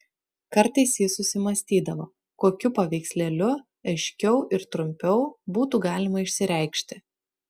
kartais jis susimąstydavo kokiu paveikslėliu aiškiau ir trumpiau būtų galima išsireikšti